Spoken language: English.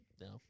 no